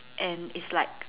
and is like